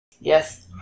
Yes